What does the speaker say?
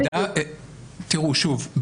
שוב,